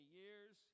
years